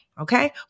Okay